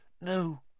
No